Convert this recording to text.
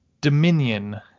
dominion